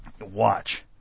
Watch